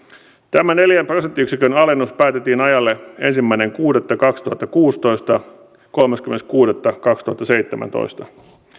tämä neljän prosenttiyksikön alennus päätettiin ajalle ensimmäinen kuudetta kaksituhattakuusitoista viiva kolmaskymmenes kuudetta kaksituhattaseitsemäntoista